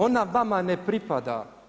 Ona vama ne pripada.